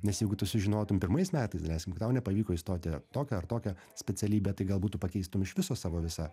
nes jeigu tu sužinotum pirmais metais daleiskim tau nepavyko įstoti tokią ar tokią specialybę tai galbūt tu pakeistum iš viso savo visą